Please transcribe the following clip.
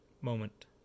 moment